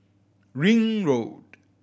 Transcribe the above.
Ring Road